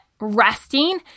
resting